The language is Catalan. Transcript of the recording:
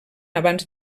abans